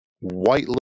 white